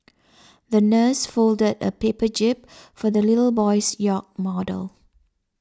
the nurse folded a paper jib for the little boy's yacht model